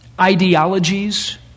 ideologies